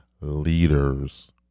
leaders